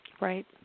Right